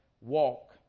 walk